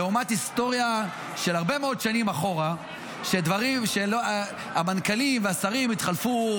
לעומת היסטוריה של הרבה מאוד שנים אחורה שהמנכ"לים והשרים התחלפו,